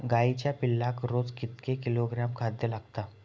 गाईच्या पिल्लाक रोज कितके किलोग्रॅम खाद्य लागता?